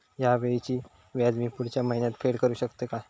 हया वेळीचे व्याज मी पुढच्या महिन्यात फेड करू शकतय काय?